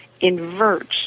inverts